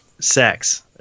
sex